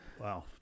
Wow